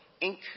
encourage